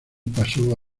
pasó